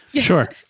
Sure